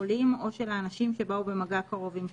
החולים או של האנשים שבאו במגע קרוב עם חולה.